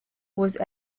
was